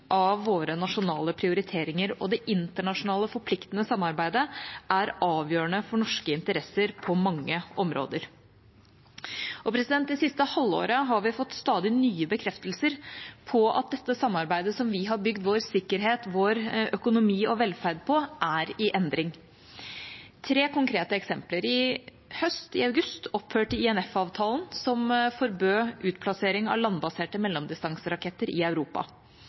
av våre nasjonale prioriteringer, og det internasjonale forpliktende samarbeidet er avgjørende for norske interesser på mange områder. Det siste halvåret har vi fått stadig nye bekreftelser på at dette samarbeidet som vi har bygd vår sikkerhet, økonomi og velferd på, er i endring. Tre konkrete eksempler: I august i høst opphørte INF-avtalen, som forbød utplassering av landbaserte mellomdistanseraketter i Europa.